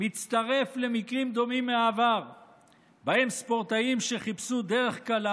מצטרף למקרים דומים מהעבר שבהם ספורטאים שחיפשו דרך קלה